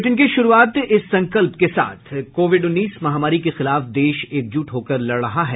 bulletin की शुरूआत इस संकल्प के साथ कोविड उन्नीस महामारी के खिलाफ देश एकजुट होकर लड़ रहा है